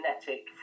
genetic